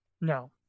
No